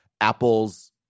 Apple's